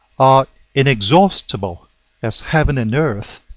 are inexhaustible as heaven and earth,